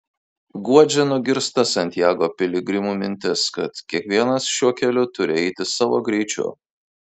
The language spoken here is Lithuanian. guodžia nugirsta santiago piligrimų mintis kad kiekvienas šiuo keliu turi eiti savo greičiu